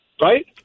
right